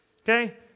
Okay